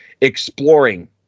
exploring